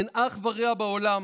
אין אח ורע בעולם